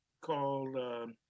called